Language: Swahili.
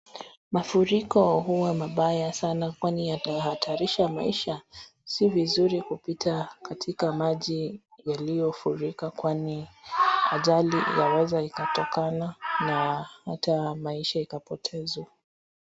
Mafuriko huwa mabaya sana kwani yatahatarisha maisha, si vizuri kupita katika maji yaliyo furika kwani ajali yaweza ikatokana na hata maisha ikapotezwa.